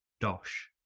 dosh